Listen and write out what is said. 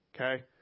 okay